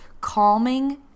calming